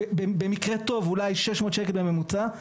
במקרה הטוב אולי 600 ש"ח בממוצע,